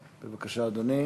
בבקשה, אדוני.